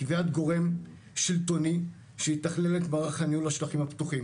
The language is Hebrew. קביעת גורם שלטוני שיתכלל את מערך ניהול השטחים הפתוחים.